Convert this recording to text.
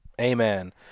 Amen